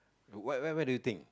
what what what do you think